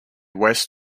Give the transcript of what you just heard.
west